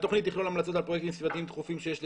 התוכנית תכלול המלצות על פרויקטים סביבתיים דחופים שיש לטפל,